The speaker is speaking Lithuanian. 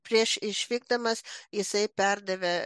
prieš išvykdamas jisai perdavė